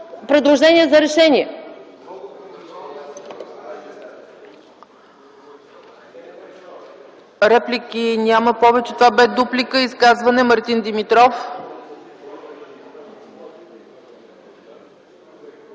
предложение за решение?